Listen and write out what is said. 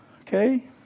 okay